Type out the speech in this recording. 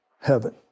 heaven